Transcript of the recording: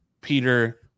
Peter